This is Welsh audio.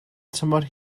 tymor